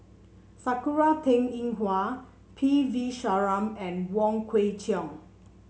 Sakura Teng Ying Hua P V Sharma and Wong Kwei Cheong